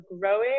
growing